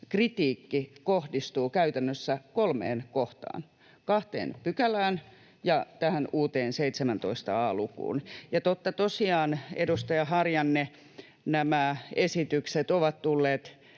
kritiikki kohdistuu käytännössä kolmeen kohtaan: kahteen pykälään ja tähän uuteen 17 a lukuun. Ja totta tosiaan, edustaja Harjanne, nämä esitykset ovat tulleet